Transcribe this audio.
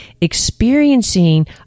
experiencing